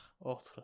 autre